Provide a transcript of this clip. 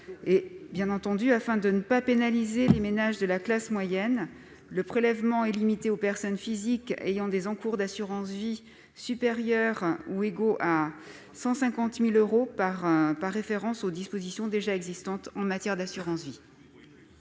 nationale. Afin de ne pas pénaliser les ménages de la classe moyenne, le prélèvement est limité aux personnes physiques ayant des encours d'assurance vie supérieurs ou égaux à 150 000 euros, par référence aux dispositions déjà existantes en matière d'assurance vie.